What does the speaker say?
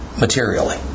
materially